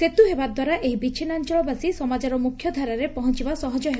ସେତୁ ହେବା ଦ୍ୱାରା ଏହି ବିଛିନ୍ନାଞ୍ଚଳବାସୀ ସମାଜର ମୁଖ୍ୟଧାରାରେ ପହଞ୍ଚିବା ସହଜ ହେବ